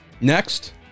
Next